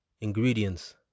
ingredients